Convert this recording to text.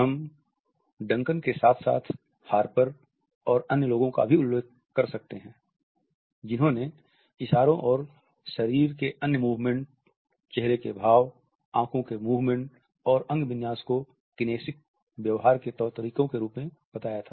हम डंकन के साथ साथ हार्पर और अन्य लोगों का भी उल्लेख कर सकते हैं जिन्होंने इशारों और शरीर के अन्य मूवमेंट चेहरे के भाव आंखों के मूवमेंट और अंग विन्यास को किनेसिक व्यवहार के तौर तरीकों के रूप में बताया था